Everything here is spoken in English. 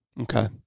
Okay